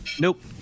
nope